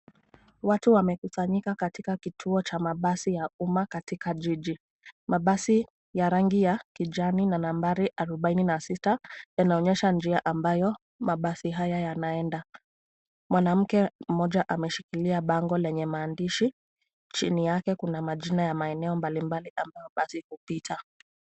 Watu wamekusanyika katika kituo ya mabasi ya umma katika jiji. Mabasi ya rangi ya kijani na nambari arobaini na sita yanaonyesha njia ambayo mabasi haya yanaenda. Mwanamke mmoja ameshikilia bango lenye maandishi, chini yake kuna majina ya maeneo mbalimbali ambayo basi hupita.